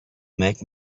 make